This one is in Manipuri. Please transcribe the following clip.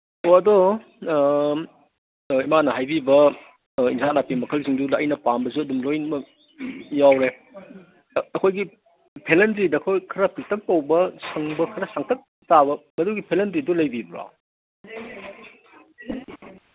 ꯑꯣ ꯑꯗꯣ ꯏꯃꯥꯅ ꯍꯥꯏꯕꯤꯕ ꯏꯟꯖꯥꯡ ꯅꯥꯄꯤ ꯃꯈꯜꯁꯤꯡꯗꯨꯗ ꯑꯩꯅ ꯄꯥꯝꯕꯁꯨ ꯑꯗꯨꯝ ꯂꯣꯏꯅꯃꯛ ꯌꯥꯎꯔꯦ ꯑꯩꯈꯣꯏꯒꯤ ꯕꯦꯂꯟꯗ꯭ꯔꯤꯗ ꯑꯩꯈꯣꯏ ꯈꯔ ꯄꯤꯛꯇꯛ ꯇꯧꯕ ꯁꯪꯕ ꯈꯔ ꯁꯥꯡꯇꯛ ꯇꯥꯕ ꯃꯗꯨꯒꯤ ꯕꯦꯂꯟꯗ꯭ꯔꯤꯗꯨ ꯂꯩꯕꯤꯕ꯭ꯔꯣ